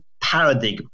paradigm